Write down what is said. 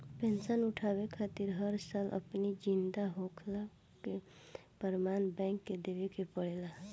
pension उठावे खातिर हर साल अपनी जिंदा होखला कअ प्रमाण बैंक के देवे के पड़ेला